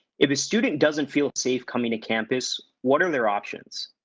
if a student doesn't feel safe coming to campus, what are their options?